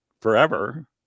forever